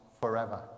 forever